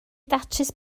datrys